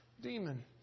demon